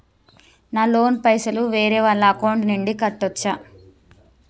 నా లోన్ పైసలు వేరే వాళ్ల అకౌంట్ నుండి కట్టచ్చా?